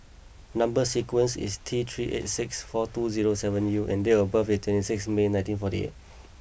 number sequence is T three eight six four two zero seven U and date of birth is twenty six May nineteen forty eight